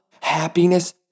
happiness